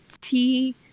tea